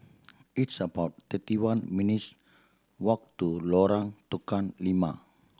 it's about thirty one minutes' walk to Lorong Tukang Lima